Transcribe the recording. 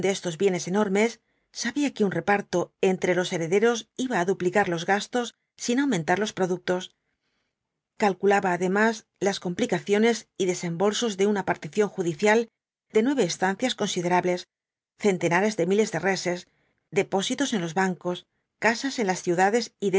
estos bienes enormes sabía que un reparto entre los herederos iba á duplicar los gastos sin aumentar los productos calculaba además las complicaciones y desembolsos de una partición judicial de nueve estancias considerables centenares de miles de reses depósitos en los bancos casas en las ciudades